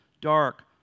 dark